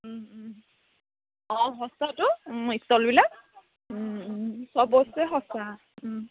অঁ সস্তাতো ষ্টলবিলাক সব বস্তুৱে সস্তা